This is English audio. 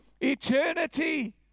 eternity